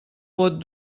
pot